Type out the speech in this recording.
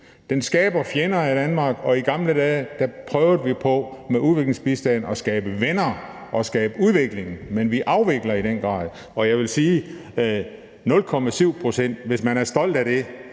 Den skaber fjender af Danmark, og i gamle dage prøvede vi på med udviklingsbistand at skabe venner og skabe udvikling, men vi afvikler i den grad. Og jeg vil sige, at hvis man er stolt af 0,7